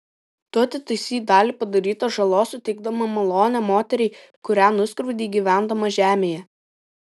tu atitaisei dalį padarytos žalos suteikdama malonę moteriai kurią nuskriaudei gyvendama žemėje